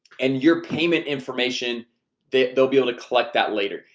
and your payment information that they'll be able to collect that later.